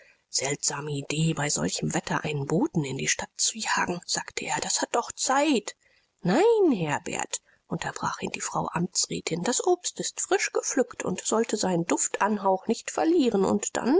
seltsame idee bei solchem wetter einen boten in die stadt zu jagen sagte er das hatte doch zeit nein herbert unterbrach ihn die frau amtsrätin das obst ist frisch gepflückt und sollte seinen duftanhauch nicht verlieren und dann